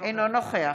אינו נוכח